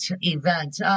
event